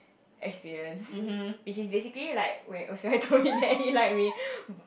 experience which is basically like when told me that he like me